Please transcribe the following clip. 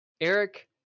Eric